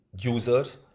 users